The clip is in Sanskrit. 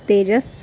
तेजसः